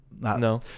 No